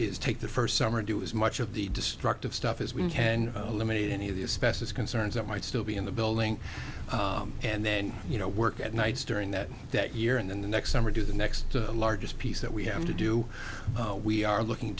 is take the first summer do as much of the destructive stuff as we can eliminate any of the especially concerns that might still be in the building and then you know work at nights during that that year and then the next summer do the next largest piece that we have to do we are looking